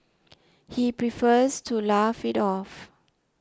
he prefers to laugh it off